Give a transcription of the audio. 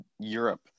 Europe